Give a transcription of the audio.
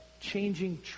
changing